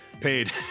Paid